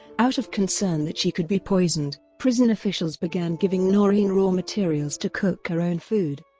out of concern that she could be poisoned, prison officials began giving noreen raw materials to cook her own food.